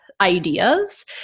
ideas